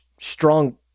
strong